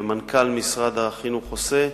ומנכ"ל משרד החינוך עושה,